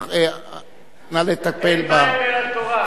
נא לטפל, אין מים אין תורה.